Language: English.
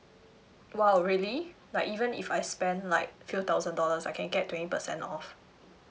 !wow! really like even if I spend like few thousand dollars I can get twenty percent off